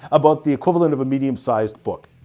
about the equivalent of a medium sized book.